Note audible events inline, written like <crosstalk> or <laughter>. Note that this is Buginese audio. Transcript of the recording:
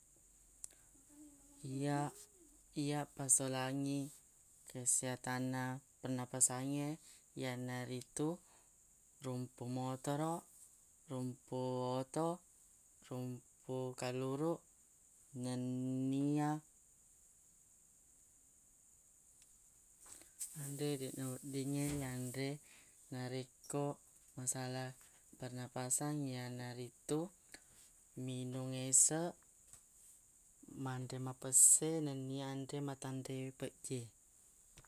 iya- iya pasalangi kesiatanna pennapasangnge iyanaritu rumpu motoroq rumpu oto rumpu kaluruq nennia <noise> nanre deq naweddingnge yanre narekko masala pernapasangngi iyanaritu minung eseq manre mapesse nennia anre matanrewe pejje